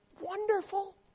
wonderful